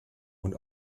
und